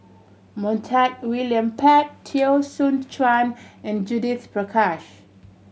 Montague William Pett Teo Soon Chuan and Judith Prakash